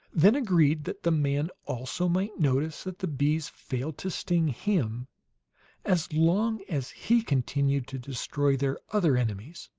then agreed that the man, also, might notice that the bees failed to sting him as long as he continued to destroy their other enemies.